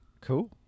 cool